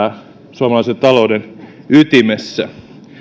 suomalaisen talouden ytimessä